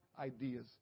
ideas